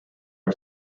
our